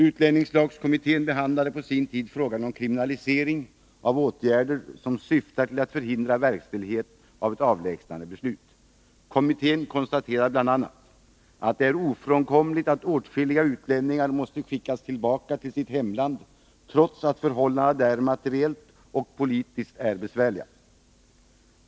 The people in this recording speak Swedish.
Utlänningslagskommittén behandlade på sin tid frågan om kriminalisering av åtgärder som syftar till att förhindra verkställigheten av ett avlägsnandebeslut. Kommittén sade bl.a. att det är ofrånkomligt att åtskilliga utlänningar måste skickas tillbaka till sitt hemland trots att förhållandena där materiellt och politiskt är besvärliga.